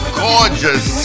gorgeous